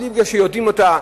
בלי שיודעים אותה,